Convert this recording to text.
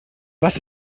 was